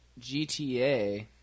GTA